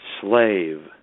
Slave